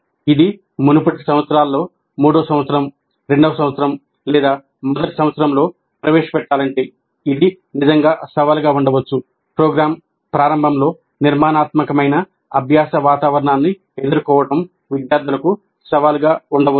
ఇది మునుపటి సంవత్సరాల్లో మూడవ సంవత్సరం రెండవ సంవత్సరం లేదా మొదటి సంవత్సరంలో ప్రవేశపెట్టాలంటే ఇది నిజంగా సవాలుగా ఉండవచ్చు ప్రోగ్రామ్ ప్రారంభంలో నిర్మాణాత్మకమైన అభ్యాస వాతావరణాన్ని ఎదుర్కోవడం విద్యార్థులకు సవాలుగా ఉండవచ్చు